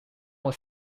was